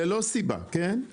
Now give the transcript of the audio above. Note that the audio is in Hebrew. ללא סיבה, כן?